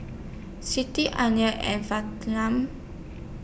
Siti and